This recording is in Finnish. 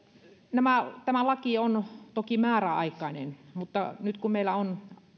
tämä laki on toki määräaikainen mutta nyt kun meillä on